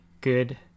good